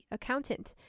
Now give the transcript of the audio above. Accountant